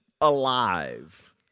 Alive